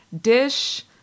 dish